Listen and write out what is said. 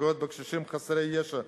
פוגעות בקשישים חסרי ישע.